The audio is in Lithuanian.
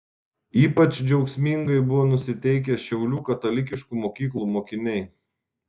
ypač džiaugsmingai buvo nusiteikę šiaulių katalikiškų mokyklų mokiniai